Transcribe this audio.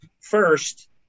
first